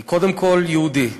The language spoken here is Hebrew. "אני קודם כול יהודי,